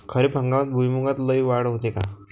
खरीप हंगामात भुईमूगात लई वाढ होते का?